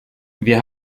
wir